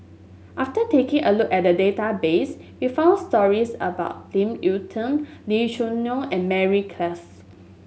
after taking a look at the database we found stories about Ip Yiu Tung Lee Choo Neo and Mary Klass